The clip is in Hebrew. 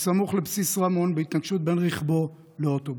סמוך לבסיס רמון, בהתנגשות בין רכבו לאוטובוס.